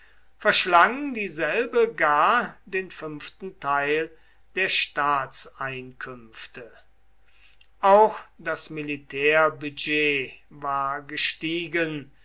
verschlang dieselbe gar den fünften teil der staatseinkünfte auch das militärbudget war gestiegen